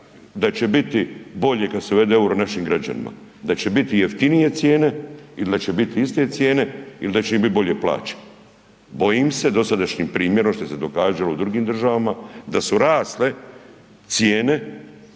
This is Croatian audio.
da će biti bolje kad se uvede EUR-o našim građanima, da će biti jeftinije cijene ili da će biti iste cijene ili da će im biti bolje plaće? Bojim se dosadašnjim primjerom, što se događalo u drugim državama, da su rasle cijene,